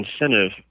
Incentive